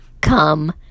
come